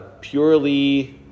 purely